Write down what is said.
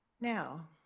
Now